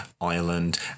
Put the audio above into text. ireland